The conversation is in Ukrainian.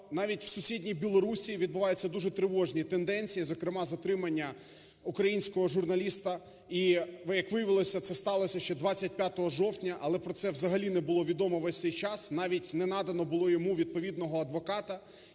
навіть в сусідній Білорусії відбуваються дуже тривожні тенденції, зокрема затримання українського журналіста, і, як виявилося, це сталося ще 25 жовтня, але про це взагалі не було відомо весь цей час, навіть не надано було йому відповідного адвоката,